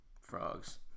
frogs